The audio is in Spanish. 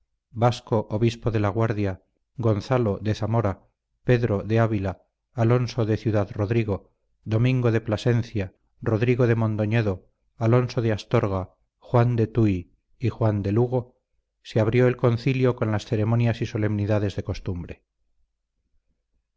vasco obispo de la guardia gonzalo de zamora pedro de ávila alonso de ciudad rodrigo domingo de plasencia rodrigo de mondoñedo alonso de astorga juan de tuy y juan de lugo se abrió el concilio con las ceremonias y solemnidades de costumbre